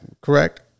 correct